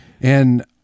And-